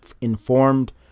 informed